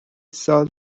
سال